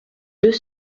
deux